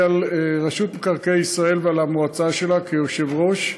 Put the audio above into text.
לרשות מקרקעי ישראל ולמועצה שלה כיושב-ראש,